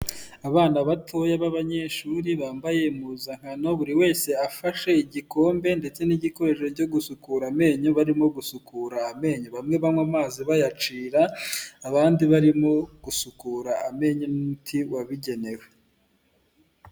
Abana batoya b'abanyeshuri bambaye impuzankano buri wese afashe igikombe ndetse n'igikoresho cyo gusukura amenyo barimo gusukura amenyo, bamwe banywa amazi bayacira, abandi barimo gusukura amenyo n'umuti wabigenewe.